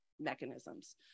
mechanisms